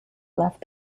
left